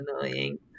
annoying